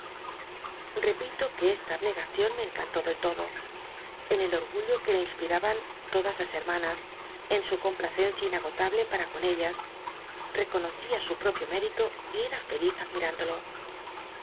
llepito que csla abnegacion me encantó del todo en el ol'gnllo que le inspiraban todas las hermanas en su complacencia inagotable pa ra con ellas tcconocia su propio mérito y era feliz admirándolos